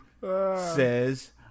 says